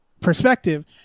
perspective